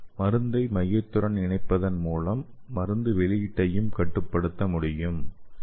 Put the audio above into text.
மருந்தை மையத்துடன் இணைப்பதன் மூலம் மருந்து வெளியீட்டையும் கட்டுப்படுத்த முடியும்